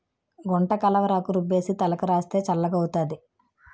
గుంటకలవరాకు రుబ్బేసి తలకు రాస్తే చల్లగౌతాది